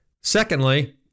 Secondly